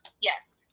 Yes